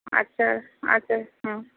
আচ্ছা আচ্ছা হুম